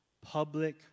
public